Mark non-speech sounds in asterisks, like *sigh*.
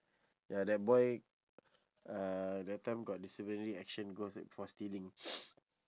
ya that boy uh that time got disciplinary action go se~ for stealing *noise*